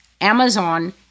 Amazon